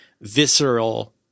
visceral